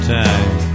time